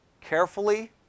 Carefully